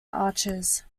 archers